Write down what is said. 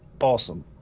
awesome